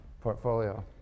portfolio